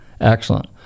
Excellent